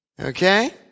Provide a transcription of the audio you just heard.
Okay